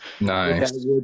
Nice